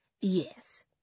Yes